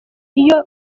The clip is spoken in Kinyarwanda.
iyo